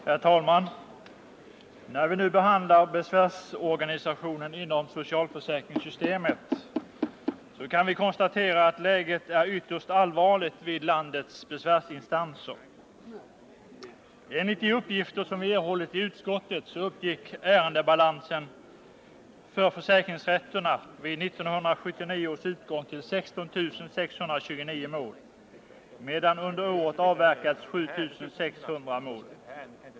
Herr talman! När vi nu behandlar besvärsorganisationen inom socialförsäkringssystemet kan vi konstatera att läget är ytterst allvärligt vid landets besvärsinstanser. Enligt de uppgifter som vi erhållit i utskottet uppgick ärendebalansen för försäkringsrätterna vid 1979 års utgång till 16 629 mål, medan under året har avverkats 7 600 mål.